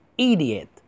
Idiot